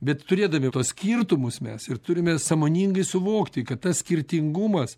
bet turėdami tuos skirtumus mes ir turime sąmoningai suvokti kad tas skirtingumas